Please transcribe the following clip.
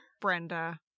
Brenda